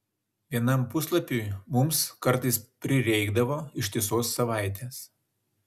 vienam puslapiui mums kartais prireikdavo ištisos savaitės